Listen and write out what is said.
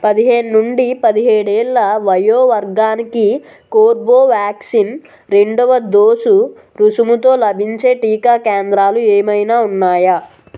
పదహేను నుండి పదహేడు ఏళ్ల వయో వర్గానికి కోర్బోవ్యాక్సిన్ రెండవ డోసు రుసుముతో లభించే టీకా కేంద్రాలు ఏమైనా ఉన్నాయా